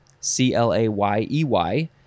C-L-A-Y-E-Y